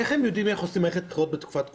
איך הם יודעים איך עושים בחירות בתקופת קורונה?